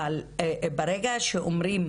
אבל ברגע שאומרים